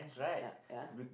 ya ya